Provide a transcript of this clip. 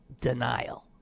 denial